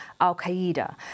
al-Qaeda